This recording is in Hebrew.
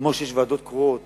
כמו שיש ועדות קרואות